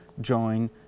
join